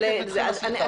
סליחה.